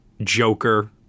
Joker